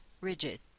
rigid